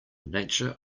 nature